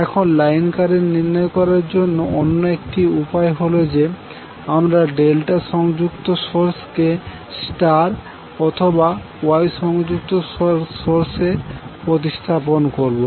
এখন line current নির্ণয় করার জন্য অন্য একটি উপায় হল যে আমরা ডেল্টা সংযুক্ত সোর্স কে স্টার অথবা Y সংযুক্ত সোর্সে প্রতিস্থাপন করবো